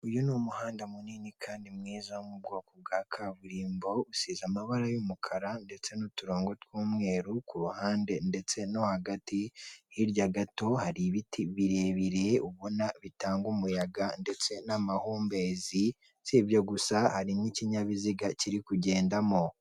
Uyu ni umuhanda munini kandi mwiza wo mu bwoko bwa kaburimbo, usize amabara y'umukara ndetse n'uturongo tw'umweru kuruhande ndetse no hagati, hirya gato har' ibiti birebire ubona bitanga umuyaga ndetse n'amahumbezi sibyo gusa hari n'ikinyabiziga kiri kugendamo.